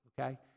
okay